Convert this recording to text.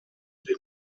den